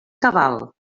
cabal